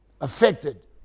Affected